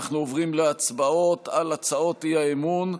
אנחנו עוברים להצבעות על הצעות האי-אמון.